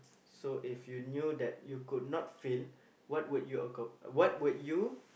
so if you knew that you could not fail what would you acco~ what would you